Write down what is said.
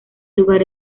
lugar